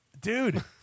Dude